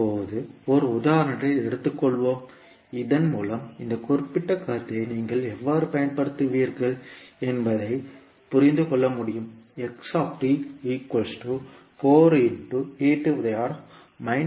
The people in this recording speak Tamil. இப்போது ஒரு உதாரணத்தை எடுத்துக்கொள்வோம் இதன் மூலம் இந்த குறிப்பிட்ட கருத்தை நீங்கள் எவ்வாறு பயன்படுத்துவீர்கள் என்பதை புரிந்து கொள்ள முடியும்